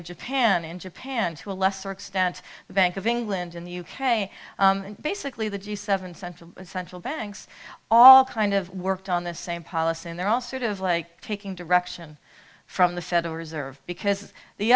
of japan in japan to a lesser extent the bank of england in the u k and basically the g seven central central banks all kind of worked on the same policy and they're all sort of like taking direction from the federal reserve because the